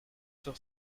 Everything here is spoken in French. sur